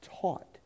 taught